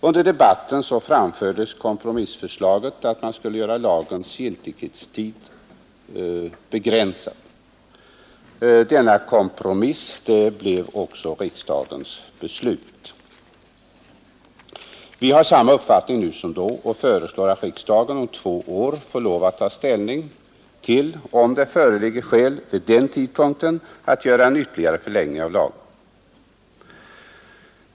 Under debatten framfördes kompromissförslaget att man skulle göra lagens giltighetstid begränsad. Denna kompromiss blev också riksdagens beslut. Vi har samma uppfattning nu som då och föreslår att riksdagen om två år får lov att ta ställning till om det vid den tidpunkten föreligger skäl för att göra en ytterligare förlängning av lagen.